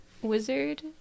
Wizard